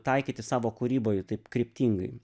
taikyti savo kūryboj taip kryptingai